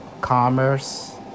commerce